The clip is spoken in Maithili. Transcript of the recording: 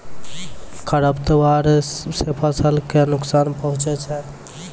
खरपतवार से फसल क नुकसान पहुँचै छै